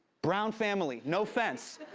brown family, no fence.